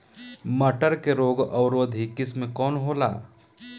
मटर के रोग अवरोधी किस्म कौन होला?